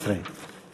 12)